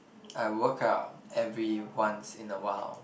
I workout every once in awhile